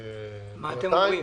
מה אתם אומרים?